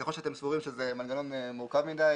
ככל שאתם סבורים שזה מנגנון מורכב מדי,